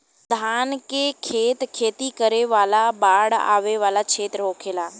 धान के खेत खेती करे वाला बाढ़ वाला क्षेत्र होखेला